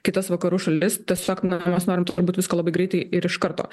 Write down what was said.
kitas vakarų šalis tiesiog na mes norim turbūt viską labai greitai ir iš karto